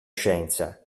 scienza